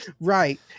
right